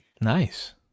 Nice